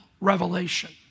revelation